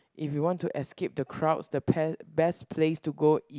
if you want to escape the crowds the pe~ best place to go is